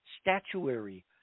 statuary